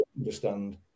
understand